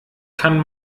kann